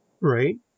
Right